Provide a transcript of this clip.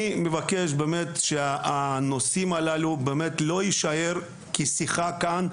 אני מבקש באמת שהנושאים הללו באמת לא יישאר כשיחה כאן,